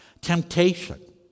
temptation